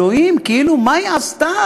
אלוהים, כאילו מה היא עשתה.